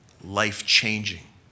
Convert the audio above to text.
life-changing